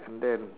and then